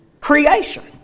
creation